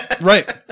right